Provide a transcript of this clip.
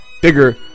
bigger